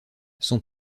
son